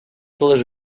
pelas